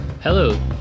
Hello